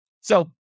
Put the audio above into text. So-